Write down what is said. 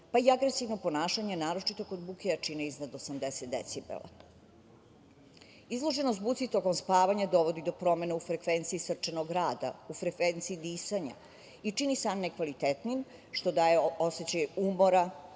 pa i agresivno ponašanje naročito kod buke jačine iznad 80 decibela. Izloženost buci tokom spavanja dovodi do promena u frekvenciji srčanog rada, u frekvenciji disanja i čini san nekvalitetnim, što daje osećaj umora,